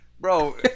Bro